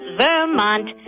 Vermont